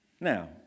Now